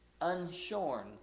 Unshorn